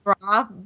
Bra